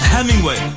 Hemingway